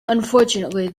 unfortunately